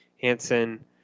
Hanson